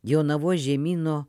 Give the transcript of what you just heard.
jonavos žemyno